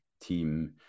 team